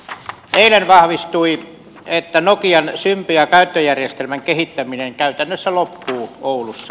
eilen vahvistui että nokian symbian käyttöjärjestelmän kehittäminen käytännössä loppuu oulussa